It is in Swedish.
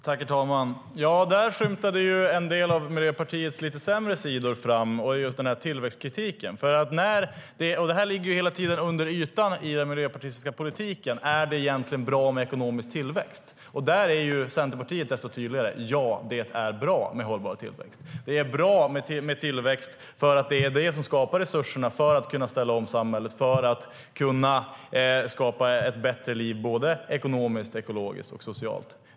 Herr talman! Där skymtade en del av Miljöpartiets lite sämre sidor fram. Det gäller just tillväxtkritiken. Detta ligger hela tiden under ytan i den miljöpartistiska politiken: Är det egentligen bra med ekonomisk tillväxt? Där är Centerpartiet desto tydligare: Ja, det är bra med hållbar tillväxt! Det är bra med tillväxt, för det är det som skapar resurserna för att kunna ställa om samhället och för att kunna skapa ett bättre liv såväl ekonomiskt som ekologiskt och socialt.